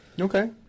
Okay